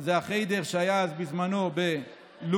זה החדר שהיה בזמנו בלוב,